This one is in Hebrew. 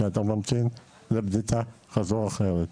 שאתה ממתין לבדיקה כזו או אחרת,